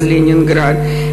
אז לנינגרד.